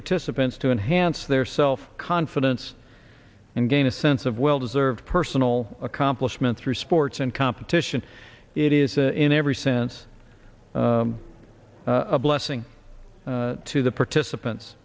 participants to enhance their self confidence and gain a sense of well deserved personal accomplishment through sports and competition it is in every sense a blessing to the participants